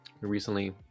recently